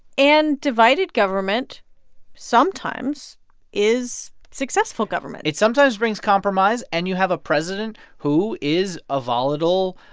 and divided government sometimes is successful government it sometimes brings compromise. and you have a president who is a volatile.